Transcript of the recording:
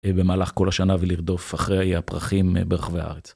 ובמהלך כל השנה ולרדוף אחרי הפרחים ברחבי הארץ.